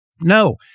No